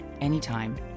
anytime